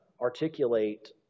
articulate